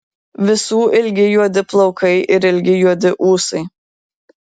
visų ilgi juodi plaukai ir ilgi juodi ūsai